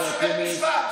שקראת להפר צו של בית משפט.